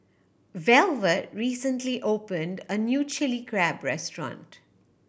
Velvet recently opened a new Chilli Crab restaurant